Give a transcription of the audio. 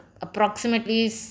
approximately